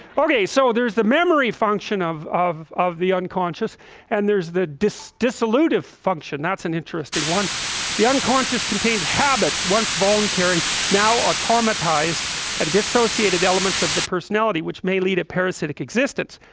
okay, so there's the memory function of of the unconscious and there's the dis dis eluted function that's an interesting one the unconscious contains habits once voluntary now are tamo ties and dissociated elements of the personality which may lead a parasitic existence.